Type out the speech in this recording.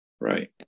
Right